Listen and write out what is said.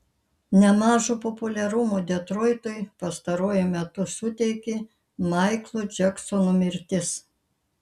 nemažo populiarumo detroitui pastaruoju metu suteikė maiklo džeksono mirtis